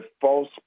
false